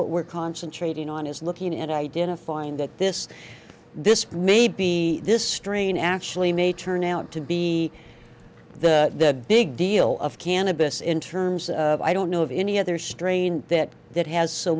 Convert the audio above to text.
what we're concentrating on is looking at identifying that this this may be this strain actually may turn out to be the big deal of cannabis in terms of i don't know of any other strain that that has so